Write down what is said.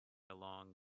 along